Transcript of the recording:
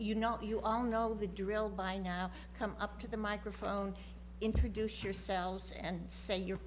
you know you all know the drill by now come up to the microphone introduce yourselves and say your